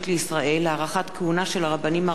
של הרבנים הראשיים לישראל) (הוראת שעה),